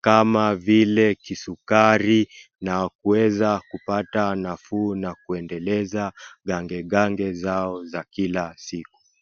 kama vile kisukari na kueza kupata nafuu na kuendeleza gangegange zao za kila siku.